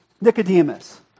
Nicodemus